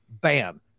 Bam